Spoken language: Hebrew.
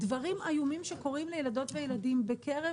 דברים איומים שקורים לילדות וילדים בקרב